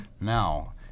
now